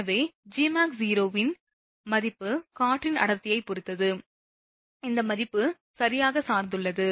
எனவே Gmax0 இன் மதிப்பு காற்றின் அடர்த்தியைப் பொறுத்தது இந்த மதிப்பு சரியாக சார்ந்துள்ளது